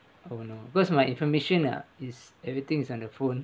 oh no because my information ah is everything is on the phone